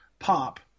pop